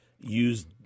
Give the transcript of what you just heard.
use